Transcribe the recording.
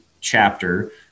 chapter